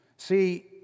See